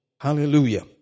Hallelujah